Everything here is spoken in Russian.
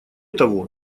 того